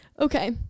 okay